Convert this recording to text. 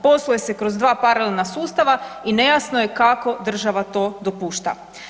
Posluje se kroz 2 paralelna sustava i nejasno je kako država to dopušta.